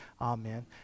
Amen